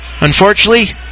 Unfortunately